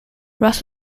rust